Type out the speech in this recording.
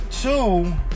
two